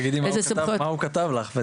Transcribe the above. תגידי מה הוא כתב לך.